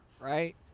right